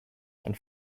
and